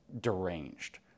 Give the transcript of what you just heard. deranged